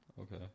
okay